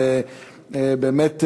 ובאמת,